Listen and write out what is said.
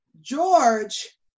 George